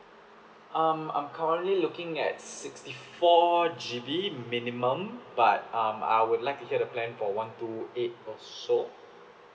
um I'm currently looking at sixty four G_B minimum but um I would like hear the plan for one two eight also